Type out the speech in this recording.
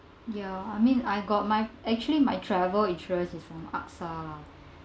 ya I mean I got my actually my travel insurance is from AXA lah